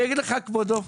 כבודו,